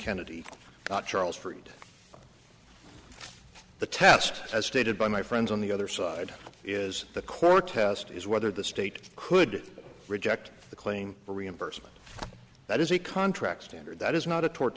kennedy charles fried the test as stated by my friends on the other side is the core test is whether the state could reject the claim for reimbursement that is a contract standard that is not a tort